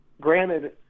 Granted